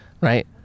right